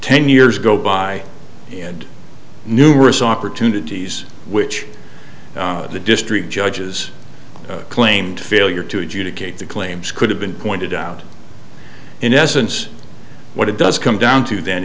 ten years go by and numerous opportunities which the district judges claimed failure to adjudicate the claims could have been pointed out in essence what it does come down to th